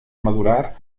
madurar